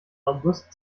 august